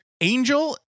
Angel